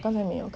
刚才没有的